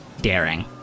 Daring